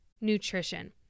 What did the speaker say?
nutrition